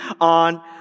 on